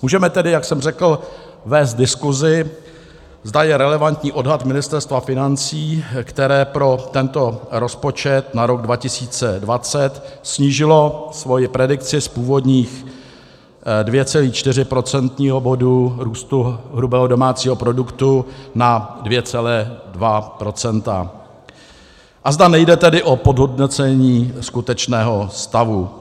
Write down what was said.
Můžeme tedy, jak jsem řekl, vést diskusi, zda je relevantní odhad Ministerstva financí, které pro tento rozpočet na rok 2020 snížilo svoji predikci z původních 2,4 procentního bodu růstu hrubého domácího produktu na 2,2 %, a zda tedy nejde o podhodnocení skutečného stavu.